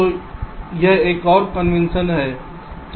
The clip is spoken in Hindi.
तो यह एक और कन्वेंशन है